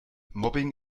mobbing